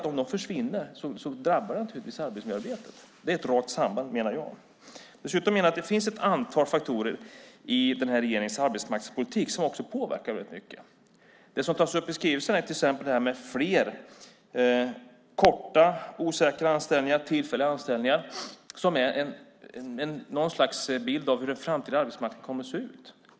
Om de försvinner drabbar det naturligtvis arbetsmiljöarbetet. Jag menar att det är ett rakt samband. Dessutom finns det ett antal faktorer i den här regeringens arbetsmarknadspolitik som påverkar väldigt mycket. Det som tas upp i skrivelsen är till exempel fler korta osäkra anställningar och tillfälliga anställningar. Det är något slags bild av hur den framtida arbetsmarknaden kommer att se ut.